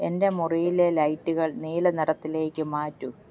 എന്റെ മുറിയിലെ ലൈറ്റുകൾ നീല നിറത്തിലേക്ക് മാറ്റൂ